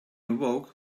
awoke